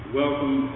welcome